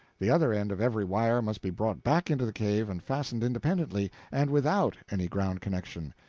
the other end of every wire must be brought back into the cave and fastened independently, and without any ground-connection.